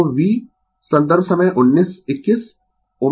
तो V संदर्भ समय 1921 ω L कोण 90 o